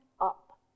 up